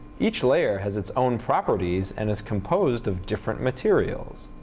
each layer has its own properties and is composed of different materials.